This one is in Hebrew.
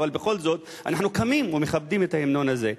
אבל בכל זאת אנחנו קמים ומכבדים את ההמנון הזה.